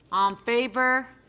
um favor.